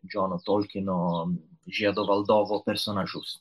džono tolkino žiedų valdovo personažus